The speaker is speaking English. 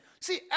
see